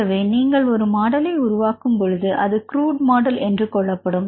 ஆகவே நீங்கள் ஒரு மாடலை உருவாக்கும் பொழுது அது க்ரூட் மாடல் என்று கொள்ளப்படும்